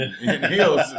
heels